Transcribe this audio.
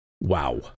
Wow